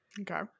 Okay